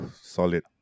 Solid